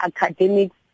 academics